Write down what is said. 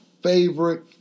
Favorite